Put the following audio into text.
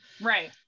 right